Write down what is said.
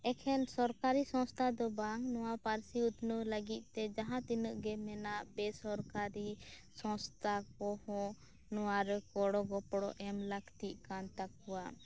ᱮᱠᱷᱮᱱ ᱥᱚᱠᱟᱨᱤ ᱥᱚᱝᱥᱛᱷᱟ ᱫᱚ ᱵᱟᱝ ᱯᱟᱹᱨᱥᱤ ᱩᱛᱱᱟᱹᱣ ᱞᱟᱹᱜᱤᱫ ᱛᱮ ᱡᱟᱦᱟᱸ ᱛᱤᱱᱟᱹᱜ ᱜᱮ ᱢᱮᱱᱟᱜ ᱵᱮᱥᱚᱨᱠᱟᱨᱤ ᱥᱚᱝᱥᱛᱷᱟ ᱠᱚᱦᱚᱸ ᱱᱚᱣᱟ ᱨᱮ ᱜᱚᱲᱚ ᱜᱚᱯᱚᱲᱚ ᱮᱢ ᱞᱟᱹᱠᱛᱤᱜ ᱠᱟᱱ ᱛᱟᱠᱚᱣᱟ